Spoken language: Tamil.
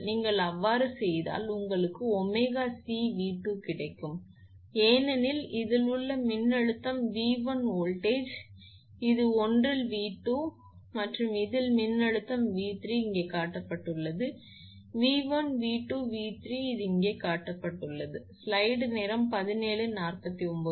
நீங்கள் அவ்வாறு செய்தால் உங்களுக்கு 𝜔𝑐𝑣2 கிடைக்கும் ஏனெனில் இதில் உள்ள மின்னழுத்தம் 𝑉1 வோல்டேஜ் இது ஒன்றில் 𝑉2 மற்றும் இதில் உள்ள மின்னழுத்தம் 𝑉3 இங்கே காட்டப்பட்டுள்ளது 𝑉1 𝑉2 𝑉3 இது இங்கே காட்டப்பட்டுள்ளது